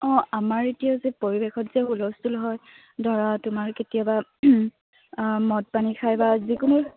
অঁ আমাৰ এতিয়া যে পৰিৱেশত যে হুলস্থুল হয় ধৰা তোমাৰ কেতিয়াবা মদ পানী খাই বা যিকোনো